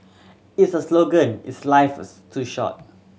its a slogan is Life is too short